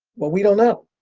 well, we don't know.